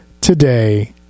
today